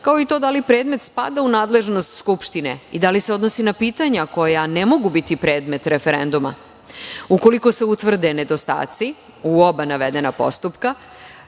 kao i to da li predmet spada u nadležnost Skupštine i da li se odnosi na pitanja koja ne mogu biti predmet referenduma. Ukoliko se utvrde nedostaci u oba navedena postupka